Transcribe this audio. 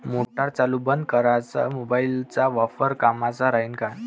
Motor चालू बंद कराच मोबाईलचा वापर कामाचा राहीन का?